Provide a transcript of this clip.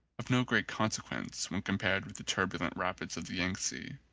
of no great consequence when compared with the turbulent rapids of the yangtze,